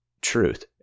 truth